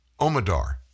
Omidar